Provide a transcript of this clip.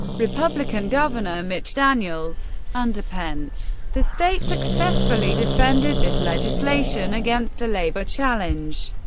republican governor mitch daniels. under pence, the state successfully defended this legislation against a labor challenge.